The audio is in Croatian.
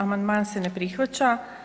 Amandman se ne prihvaća.